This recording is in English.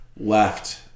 left